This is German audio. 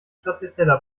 stracciatella